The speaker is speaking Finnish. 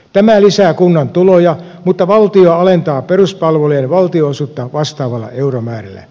tämä lisää kunnan tuloja mutta valtio alentaa peruspalvelujen valtionosuutta vastaavalla euromäärällä